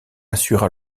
assura